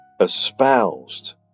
espoused